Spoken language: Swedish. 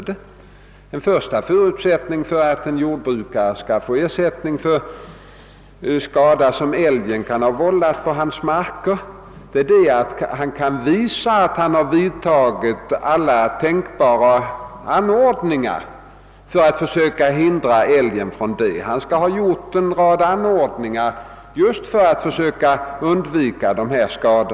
Den första förutsättningen för att en jordbrukare skall få ersättning för skada som vållats av älg är att han kan visa, att han vidtagit alla tänkbara åtgärder för att hindra sådan skadegörelse, och i allmänhet skall vissa bestämda krav därvidlag uppfyllas.